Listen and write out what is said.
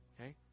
Okay